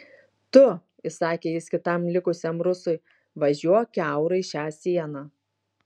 tu įsakė jis kitam likusiam rusui važiuok kiaurai šią sieną